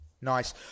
Nice